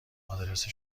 آدرس